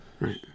right